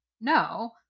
no